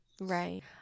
Right